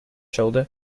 shoulder